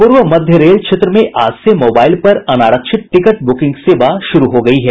पूर्व मध्य रेल क्षेत्र में आज से मोबाईल पर अनारक्षित टिकट ब्रुकिंग सेवा शुरू हो गयी है